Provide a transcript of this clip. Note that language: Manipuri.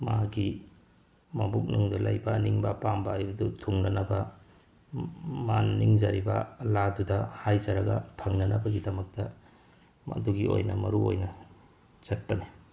ꯃꯥꯒꯤ ꯃꯕꯨꯛꯅꯨꯡꯗ ꯂꯩꯕ ꯑꯅꯤꯡꯕ ꯑꯄꯥꯝꯕ ꯍꯥꯏꯕꯗꯨ ꯊꯨꯡꯅꯅꯕ ꯃꯥꯅ ꯅꯤꯡꯖꯔꯤꯕ ꯑꯜꯂꯥꯗꯨꯗ ꯍꯥꯏꯖꯔꯒ ꯐꯪꯅꯅꯕꯒꯤꯗꯃꯛꯇ ꯃꯗꯨꯒꯤ ꯑꯣꯏꯅ ꯃꯔꯨ ꯑꯣꯏꯅ ꯆꯠꯄꯅꯤ